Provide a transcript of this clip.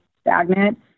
stagnant